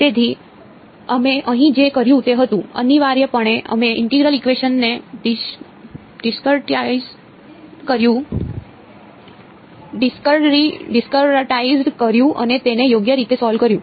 તેથી અમે અહીં જે કર્યું તે હતું અનિવાર્યપણે અમે ઇન્ટેગ્રલ ઇકવેશન ને ડિસ્કરીટાઇઝ્ડ કર્યું અને તેને યોગ્ય રીતે સોલ્વ કર્યું